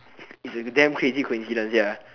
it's a damn crazy coincidence ya